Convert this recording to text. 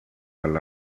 alla